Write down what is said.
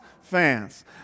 fans